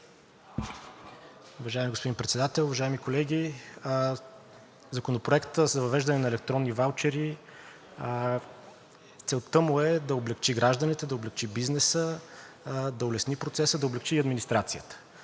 Уважаеми господин Председател, уважаеми колеги! Законопроектът за въвеждане на електронни ваучери – целта му е да облекчи гражданите, да облекчи бизнеса, да улесни процеса, да облекчи и администрацията.